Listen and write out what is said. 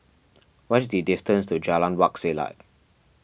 what is the distance to Jalan Wak Selat